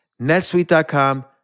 netsuite.com